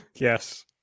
yes